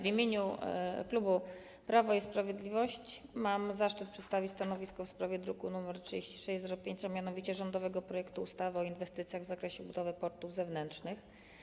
W imieniu klubu Prawo i Sprawiedliwość mam zaszczyt przedstawić stanowisko w sprawie druku nr 3605, a mianowicie rządowego projektu ustawy o inwestycjach w zakresie budowy portów zewnętrznych.